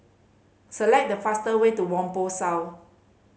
select the faster way to Whampoa South